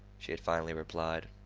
she had finally replied,